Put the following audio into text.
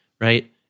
right